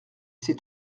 c’est